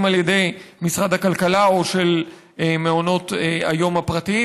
על ידי משרד הכלכלה או של מעונות היום הפרטיים.